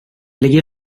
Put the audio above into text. ligger